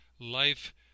Life